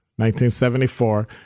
1974